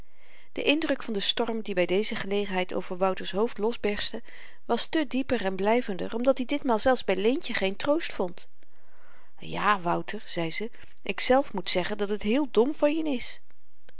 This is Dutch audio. de indruk van den storm die by deze gelegenheid over wouter's hoofd losberstte was te dieper en blyvender omdat i ditmaal zelfs by leentje geen troost vond ja wouter zei ze ikzelf moet zeggen dat het heel dom van je n is